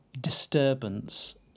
disturbance